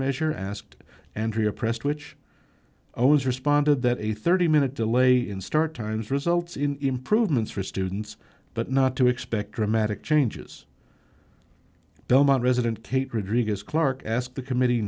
measure asked andrea pressed which always responded that a thirty minute delay in start times results in improvements for students but not to expect dramatic changes belmont resident tate rodrigo's clarke asked the committee